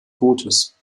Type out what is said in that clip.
bootes